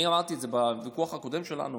אני אמרתי בוויכוח הקודם שלנו